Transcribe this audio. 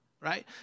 right